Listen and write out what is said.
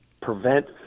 prevent